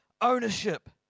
ownership